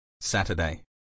Saturday